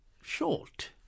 short